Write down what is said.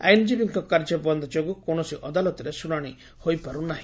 ଆଇନଜୀବୀଙ୍କ କାର୍ଯ୍ୟ ବନ୍ଦ ଯୋଗୁଁ କୌଶସି ଅଦାଲତରେ ଶୁଣାଶି ହୋଇପାରୁନାହି